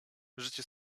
życie